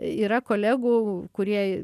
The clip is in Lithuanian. yra kolegų kurie